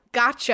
Gotcha